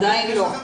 עדיין לא.